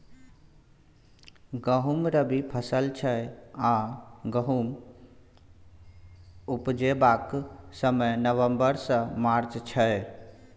गहुँम रबी फसल छै आ गहुम उपजेबाक समय नबंबर सँ मार्च छै